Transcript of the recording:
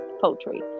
poultry